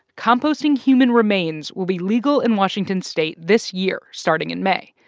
composting human remains will be legal in washington state this year starting in may.